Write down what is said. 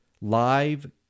live